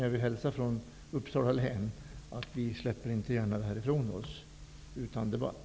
Jag vill hälsa från oss i Uppsala län att vi inte gärna släpper det här ifrån oss utan debatt.